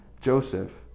Joseph